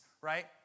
right